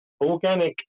organic